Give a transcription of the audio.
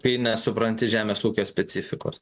kai nesupranti žemės ūkio specifikos